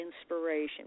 inspiration